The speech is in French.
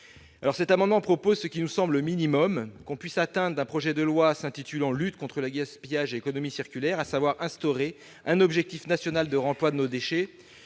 Avec cet amendement, nous proposons ce qui nous semble le minimum que l'on puisse attendre d'un projet de loi s'intitulant « lutte contre le gaspillage et économie circulaire », à savoir l'instauration d'un objectif national de réemploi de nos déchets.